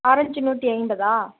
orange நூற்றி ஐம்பதா